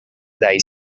they